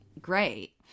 great